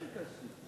אני גם ביקשתי.